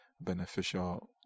beneficial